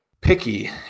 picky